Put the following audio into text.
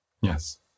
Yes